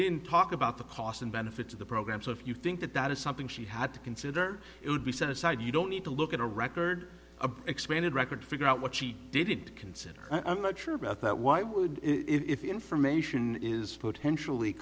didn't talk about the cost and benefits of the program so if you think that that is something she had to consider it would be set aside you don't need to look at a record of expanded record figure out what she did consider i'm not sure about that why would if the information is potentially